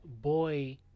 Boy